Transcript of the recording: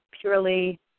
purely